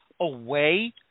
away